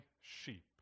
sheep